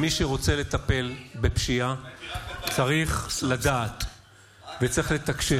ומי שרוצה לטפל בפשיעה צריך לדעת וצריך לתקשר.